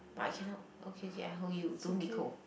but I cannot okay okay I hold you don't be cold